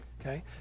Okay